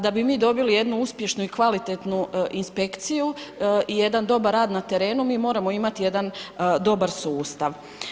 Da bi mi dobili jednu uspješnu i kvalitetnu inspekciju, jedan dobar rad na terenu, mi moramo imati jedan dobar sustav.